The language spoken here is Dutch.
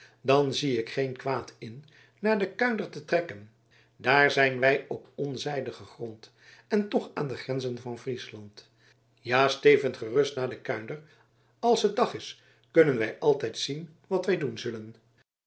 dan zie ik er geen kwaad in naar de kuinder te trekken daar zijn wij op onzijdigen grond en toch aan de grenzen van friesland ja steven gerust naar de kuinder als net dag is kunnen wij altijd zien wat wij doen zullen